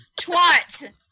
twat